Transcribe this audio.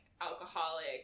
alcoholic